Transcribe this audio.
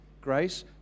Grace